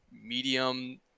medium